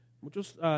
Muchos